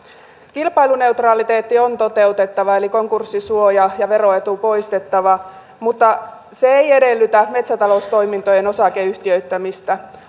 kilpailuneutraliteetti on toteutettava eli konkurssisuoja ja veroetu poistettava mutta se ei edellytä metsätaloustoimintojen osakeyhtiöittämistä